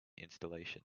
installation